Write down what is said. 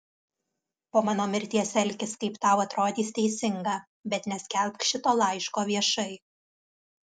po mano mirties elkis kaip tau atrodys teisinga bet neskelbk šito laiško viešai